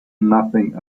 nothing